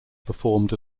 performed